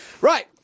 Right